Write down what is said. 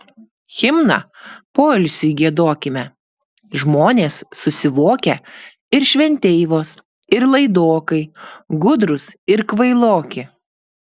himną poilsiui giedokime žmonės susivokę ir šventeivos ir laidokai gudrūs ir kvailoki